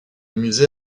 musée